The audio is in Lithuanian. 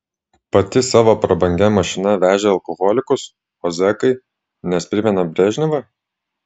pati savo prabangia mašina vežė alkoholikus o zekai nes primena brežnevą